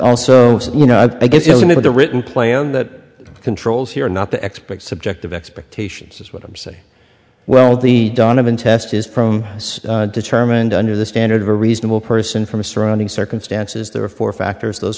also you know i guess you need a written plan that controls here not the expert subjective expectations is what i'm saying well the donovan test is from determined under the standard of a reasonable person from surrounding circumstances there are four factors those